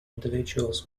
individuals